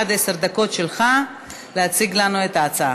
עד עשר דקות שלך להציג לנו את ההצעה.